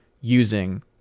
using